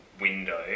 window